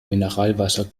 mineralwasser